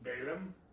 Balaam